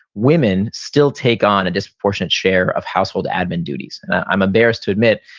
women still take on a disproportionate share of household admin duties. i'm embarrassed to admit,